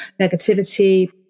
negativity